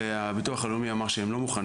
והביטוח הלאומי אמר שהם לא מוכנים.